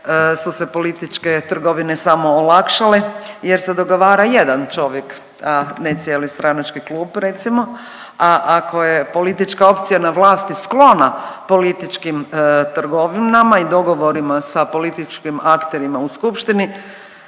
su se političke trgovine samo olakšale jer se dogovara jedan čovjek, a ne cijeli stranački klub recimo. A ako je politička opcija na vlasti sklona političkim trgovinama i dogovorima sa političkim akterima u skupštini